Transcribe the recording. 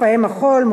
מופעי מחול,